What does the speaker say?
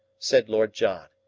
said lord john.